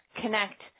connect